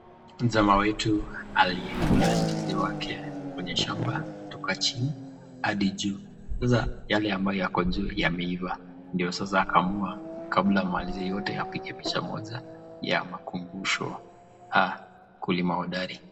Mjamaa wetu alikula ndizi wake kwenye shamba toka chini hadi juu, sasa yale mbayo yako juu yameiva ndio sasa akaamua kabla amalize yote apige picha zote ya makumbusho, mkulima hodari.